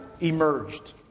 emerged